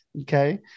Okay